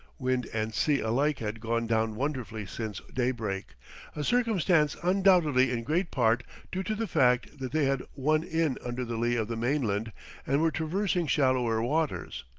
wind and sea alike had gone down wonderfully since daybreak a circumstance undoubtedly in great part due to the fact that they had won in under the lee of the mainland and were traversing shallower waters.